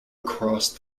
across